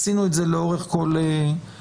עשינו את זה לאורך כל הדרך.